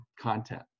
content